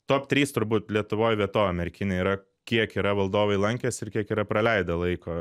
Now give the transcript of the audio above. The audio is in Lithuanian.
top trys turbūt lietuvoj vietovė merkinė yra kiek yra valdovai lankęsi ir kiek yra praleidę laiko